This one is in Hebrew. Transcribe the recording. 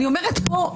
אני אומרת פה,